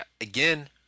again